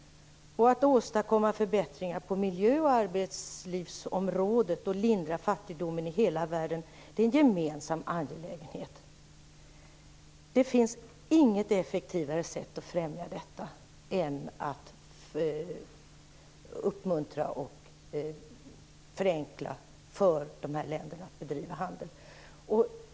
Att åstadkomma förbättringar på miljöområdet och på arbetslivsområdet och lindra fattigdomen i hela världen är en gemensam angelägenhet. Det finns inget effektivare sätt att främja detta på än att uppmuntra och förenkla för dessa länder att bedriva handel.